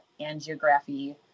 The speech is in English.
angiography